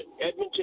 Edmonton